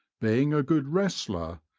being a good wrestler,